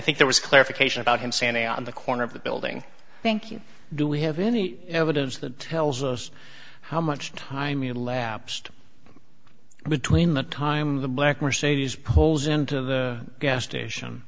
think there was clarification about him standing on the corner of the building thank you do we have any evidence that tells us how much time you lapsed between the time the black mercedes pulls into the gas station